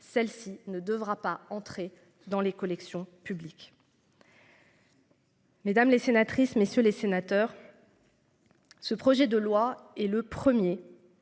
Celle-ci ne devra pas entrer dans les collections publiques. Mesdames les sénatrices messieurs les sénateurs. Ce projet de loi et le premier